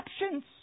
exceptions